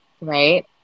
right